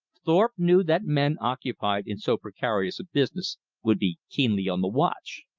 thorpe knew that men occupied in so precarious a business would be keenly on the watch.